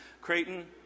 Creighton